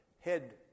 head